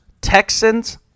Texans